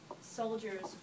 soldiers